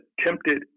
attempted